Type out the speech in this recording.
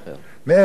מעבר לרחוב.